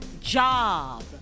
job